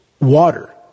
water